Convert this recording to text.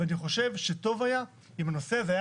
ואני חושב שטוב היה אם הנושא הזה היה